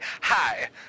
hi